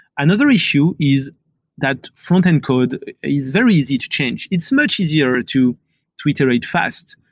another issue is that frontend code is very easy to change. it's much easier to to iterate fast.